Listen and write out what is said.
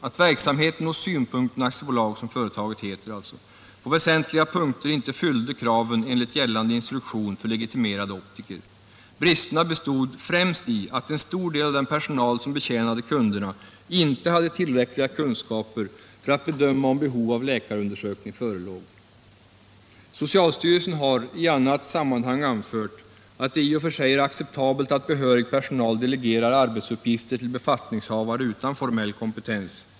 Jag vill härefter citera rapportens sammanfattning: Socialstyrelsen har i annat sammanhang anfört att det i och för sig är acceptabelt att behörig personal delegerar arbetsuppgifter till befattningshavare utan formell kompetens.